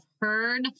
heard